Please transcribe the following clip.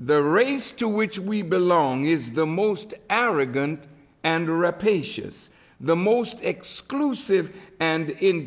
the race to which we belong is the most arrogant and repetitious the most exclusive and in